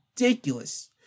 ridiculous